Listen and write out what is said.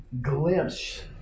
glimpse